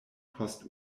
post